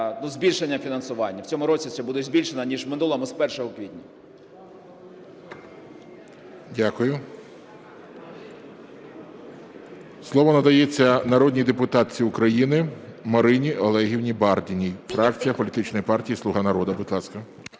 збільшення фінансування. В цьому році це буде збільшено, ніж у минулому, з 1 квітня.